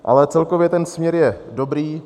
Ale celkově ten směr je dobrý.